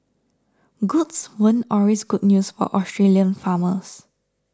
goats weren't always good news for Australian farmers